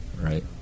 right